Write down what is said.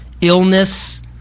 illness